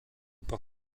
par